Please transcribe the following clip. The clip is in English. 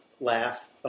laugh